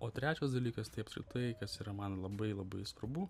o trečias dalykas tai apskritai kas yra man labai labai svarbu